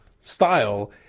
style